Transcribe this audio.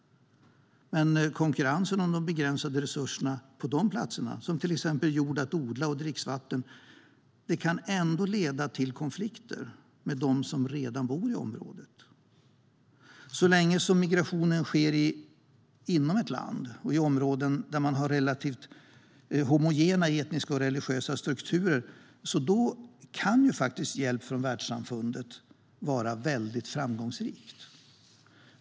Konkurrensen om de begränsade resurserna på dessa platser, till exempel jord att odla och dricksvatten, kan ändå leda till konflikter med dem som redan bor i området. Så länge migrationen sker inom ett land och i områden med relativt homogena etniska och religiösa strukturer kan hjälp från världssamfundet på plats vara framgångsrikt.